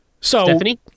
Stephanie